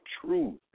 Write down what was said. truth